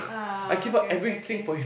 uh okay okay okay